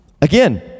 again